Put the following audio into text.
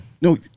no